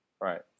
right